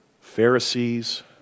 Pharisees